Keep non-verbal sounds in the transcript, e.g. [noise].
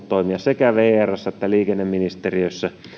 [unintelligible] toimia sekä vrssä että liikenneministeriössä